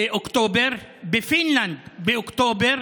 באוקטובר, בפינלנד, באוקטובר,